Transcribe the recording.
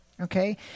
okay